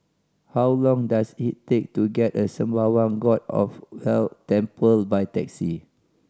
how long does it take to get the Sembawang God of Wealth Temple by taxi